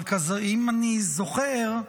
אבל אם אני זוכר,